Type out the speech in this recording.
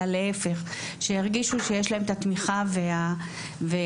אלא להפך, שירגישו שיש להם את התמיכה והעזרה.